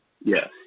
Yes